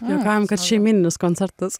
juokaujam kad šeimyninis koncertas